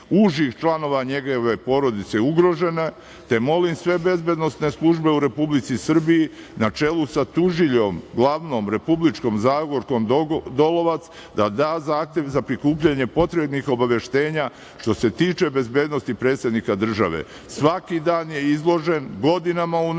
užih članova njegove porodice ugrožen, te molim sve bezbednosne službe u Republici Srbiji, na čelu sa tužiljom glavnom republičkom Zagorkom Dolovac, da da zahtev za prikupljanje potrebnih obaveštenja što se tiče bezbednosti predsednika države. Svaki dan je izložen, godinama unazad.